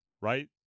right